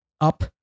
up